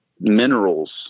minerals